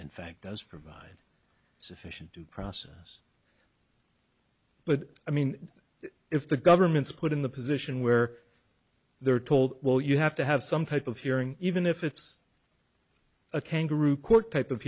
in fact does provide sufficient due process but i mean if the government's put in the position where they're told well you have to have some type of hearing even if it's a kangaroo court type of